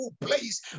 place